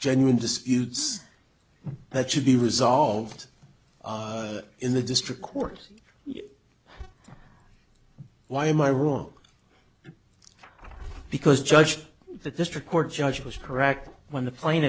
genuine disputes that should be resolved in the district court why am i wrong because judge the district court judge was correct when the